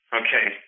okay